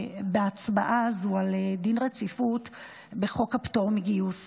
בהצבעה הזו על דין רציפות בחוק הפטור מגיוס,